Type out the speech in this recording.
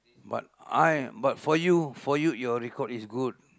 but I but for you for you your record is good